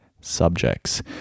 subjects